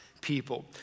people